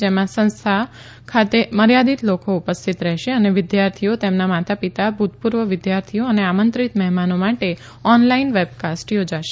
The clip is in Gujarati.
જેમાં સંસ્થા ખાતે મર્યાદિત લોકો ઉપસ્થિત રહેશે અને વિદ્યાર્થીઓ તેમના માતા પિતા ભૂતપૂર્વ વિદ્યાર્થીઓ અને આમંત્રિત મહેમાનો માટે ઓનલાઇન વેબકાસ્ટ યોજાશે